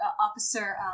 Officer